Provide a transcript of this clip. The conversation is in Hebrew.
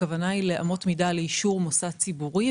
הכוונה היא לאמות מידה לאישור מוסד ציבורי,